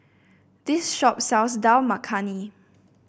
this shop sells Dal Makhani